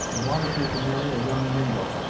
and wanted her to marry a young mingo.